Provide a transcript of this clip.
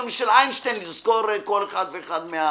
משל איינשטיין כדי לזכור כל אחד ואחד.